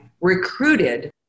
recruited